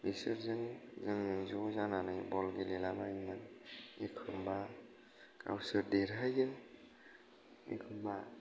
बिसोरजों जोङो ज जानानै बल गेलेला बायोमोन एखमबा गावसोर देरहायो एखमबा